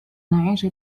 نعيش